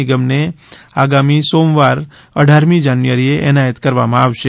નિગમને આગામી સોમવાર અઢારમી જાન્યુઆરીએ એનાયત કરવામાં આવશે